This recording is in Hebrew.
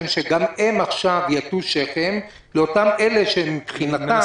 שגם הן עכשיו יטו שכם לאותם אלה שמבחינתם